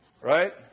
right